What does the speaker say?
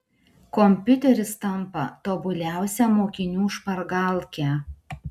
kompiuteris tampa tobuliausia mokinių špargalke